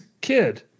kid